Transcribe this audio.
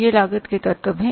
ये लागत के तत्व हैं